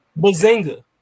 Bazinga